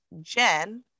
jen